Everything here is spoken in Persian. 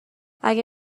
اگه